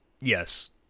Yes